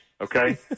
Okay